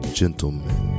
gentlemen